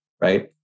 Right